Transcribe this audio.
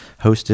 hosted